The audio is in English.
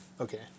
Okay